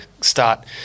start